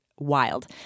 wild